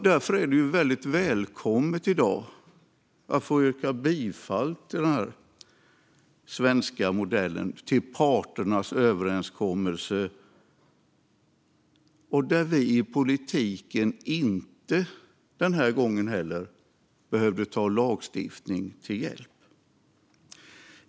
Därför är det väldigt välkommet att i dag få yrka bifall till den svenska modellen, till parternas överenskommelse. Inte heller den här gången behövde vi i politiken ta lagstiftning till hjälp.